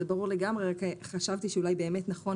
זה ברור לגמרי רק חשבתי שבאמת נכון,